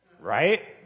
right